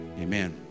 Amen